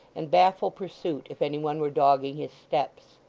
and baffle pursuit, if any one were dogging his steps.